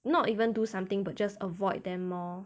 not even do something but just avoid them more